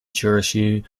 jersey